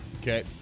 Okay